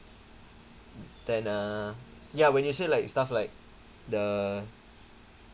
then uh ya when you say like stuff like the